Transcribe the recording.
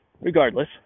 regardless